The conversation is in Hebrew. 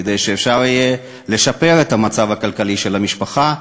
כדי שאפשר יהיה לשפר את המצב הכלכלי של המשפחה,